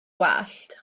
wallt